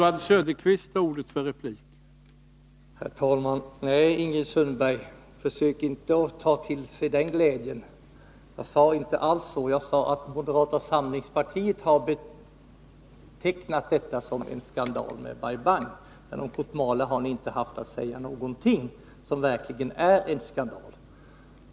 Herr talman! Nej, Ingrid Sundberg, försök inte ta till sig den glädjen. Jag sade inte alls så. Jag sade att moderata samlingspartiet har betecknat Bai Bang såsom en skandal men inte haft någonting att säga om Kotmale, fastän Kotmale verkligen är en skandal.